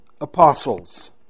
apostles